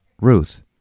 Ruth